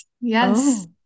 yes